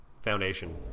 foundation